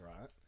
right